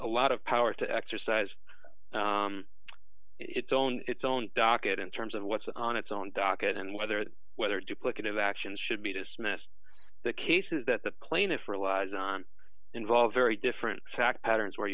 a lot of power to exercise its own its own docket in terms of what's on its own docket and whether whether duplicative actions should be dismissed the cases that the plaintiff relies on involve very different fact patterns where